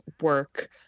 work